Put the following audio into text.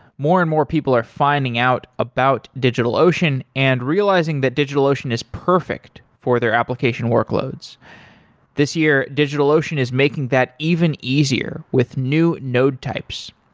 more and more people are finding out about digitalocean and realizing that digitalocean is perfect for their application workloads this year, digitalocean is making that even easier with new node types.